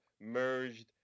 merged